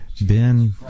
Ben